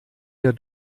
der